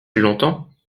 longtemps